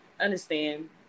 understand